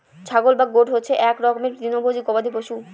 ছাগল বা গোট হচ্ছে এক রকমের তৃণভোজী গবাদি পশু